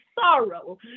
sorrow